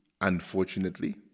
unfortunately